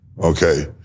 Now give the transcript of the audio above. okay